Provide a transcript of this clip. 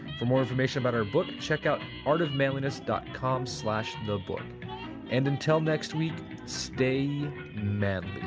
for more information about our book check out artofmanliness dot com slash the book and until next week stay manly